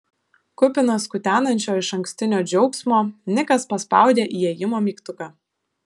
kupinas kutenančio išankstinio džiaugsmo nikas paspaudė įėjimo mygtuką